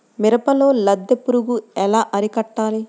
మిరపలో లద్దె పురుగు ఎలా అరికట్టాలి?